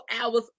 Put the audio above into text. hours